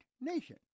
nation